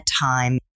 time